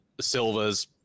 Silva's